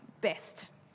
best